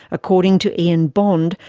according to ian bond,